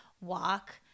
walk